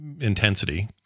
intensity